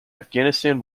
afghanistan